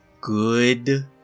good